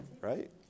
right